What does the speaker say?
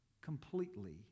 completely